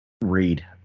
read